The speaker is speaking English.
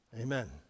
Amen